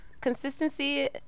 consistency